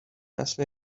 نسل